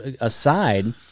aside